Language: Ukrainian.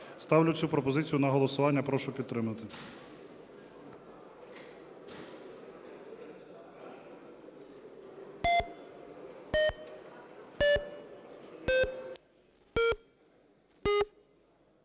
Ставлю цю пропозицію на голосування. Прошу підтримати.